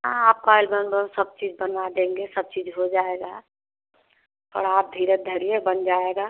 हाँ आपका एल्बम बम सब चीज बनवा देंगे सब चीज हो जाएगा और आप धीरज धरिए बन जाएगा